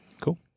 Cool